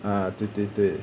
ah 对对对